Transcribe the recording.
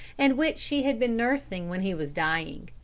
and which she had been nursing when he was dying.